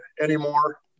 anymore